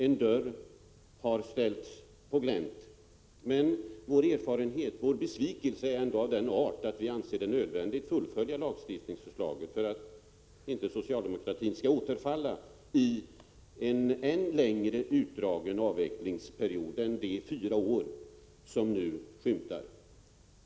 En dörr har ställts på glänt, men vår erfarenhet och vår besvikelse är av den arten att vi anser det nödvändigt att fullfölja lagstiftningsförslaget för att inte socialdemokratin skall återfalla i en än mer utdragen avvecklingsperiod än de fyra år som nu skymtar.